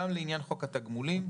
גם לעניין חוק התגמולים.